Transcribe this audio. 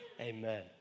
Amen